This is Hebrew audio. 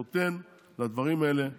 נותן לדברים האלה להימשך,